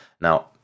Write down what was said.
Now